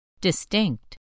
Distinct